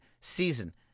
season